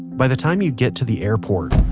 by the time you get to the airport,